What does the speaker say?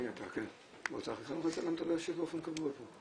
אני אעשה בקצרה התייחסות לשקפים שהצגת.